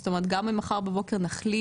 זאת אומרת גם אם מחר בבוקר נחליט,